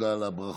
תודה על הברכות